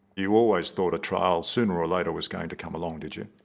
you always thought a trial sooner or later was going to come along did you?